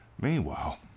Meanwhile